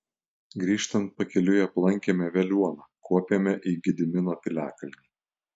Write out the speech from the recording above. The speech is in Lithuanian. grįžtant pakeliui aplankėme veliuoną kopėme į gedimino piliakalnį